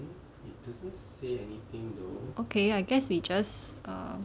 okay I guess we just err